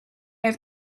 have